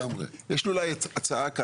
יש לי הצעה.